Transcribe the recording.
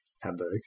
Hamburg